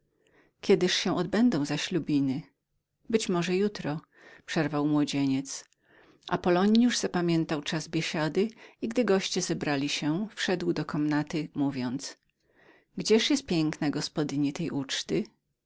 kiedyż się odbędą zaślubiny być może że jutro przerwał młodzieniec apollonius zapamiętał czas biesiady i gdy goście zebrali się wszedł do komnaty mówiąc gdziesz jest piękna gospodyni tej uczty